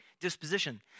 disposition